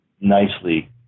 nicely